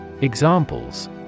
Examples